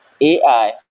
AI